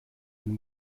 den